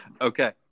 okay